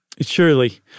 Surely